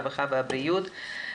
הרווחה והבריאות.